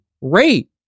rate